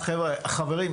חברים,